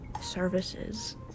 services